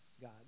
God